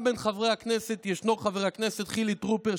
גם בין חברי הכנסת ישנו חבר הכנסת חילי טרופר,